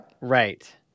Right